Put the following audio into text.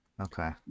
Okay